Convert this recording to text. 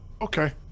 Okay